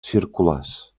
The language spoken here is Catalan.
circulars